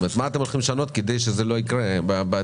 מה אתם הולכים לשנות כדי שזה לא יקרה בעתיד?